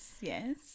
yes